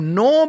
no